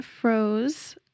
froze